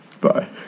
Bye